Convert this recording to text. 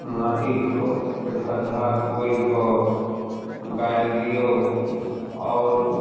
माटि खोदिके खद्दा खोदिके गारि दियौ आओर